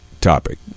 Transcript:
topic